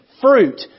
fruit